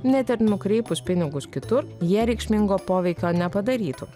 net ir nukreipus pinigus kitur jie reikšmingo poveikio nepadarytų